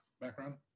background